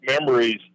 memories